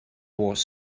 was